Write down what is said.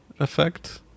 effect